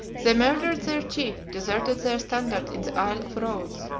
they murdered their chief, deserted their standard in the isle of rhodes,